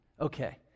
Okay